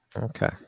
Okay